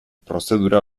prozedura